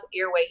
airway